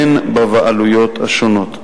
והן בבעלויות השונות.